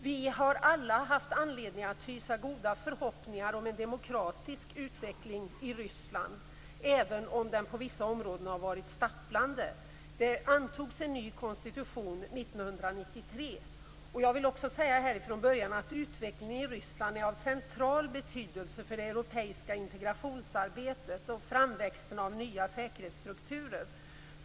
Vi har alla haft anledning att hysa stora förhoppningar om en demokratisk utveckling i Ryssland, även om den på vissa håll varit stapplande. Det antogs en ny konstitution 1993. I betänkandet står: "Utvecklingen i Ryssland är av central betydelse för det europeiska integrationsarbetet och framväxten av nya säkerhetsstrukturer.